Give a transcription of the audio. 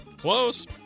Close